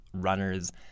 runners